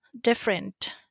different